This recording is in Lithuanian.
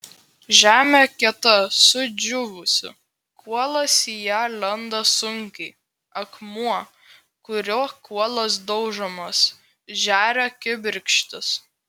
žemė kieta sudžiūvusi kuolas į ją lenda sunkiai akmuo kuriuo kuolas daužomas žeria kibirkštis